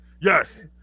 Yes